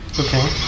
Okay